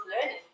learning